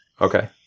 okay